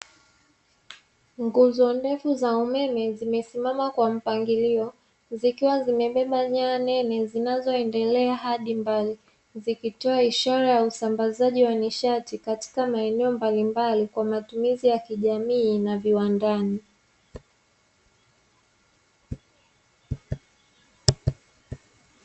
Nguzo ndefu za umeme zimesimama kwa mpangilio zikiwa zimebeba nyaya nene zinazoendelea hadi mbali, zikitoa ishara ya usambazaji wa nishati katika maeneo mbalimbali kwa matumizi ya kijamii na viwandani.